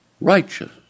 righteous